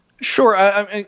Sure